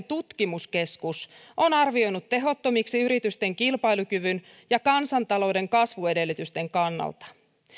tutkimuskeskus on arvioinut tehottomaksi yritysten kilpailukyvyn ja kansantalouden kasvuedellytysten kannalta